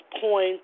point